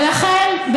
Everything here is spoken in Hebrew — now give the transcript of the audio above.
ולכן,